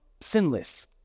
sinless